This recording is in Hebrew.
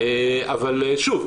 אבל שוב,